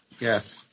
Yes